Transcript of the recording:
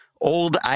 old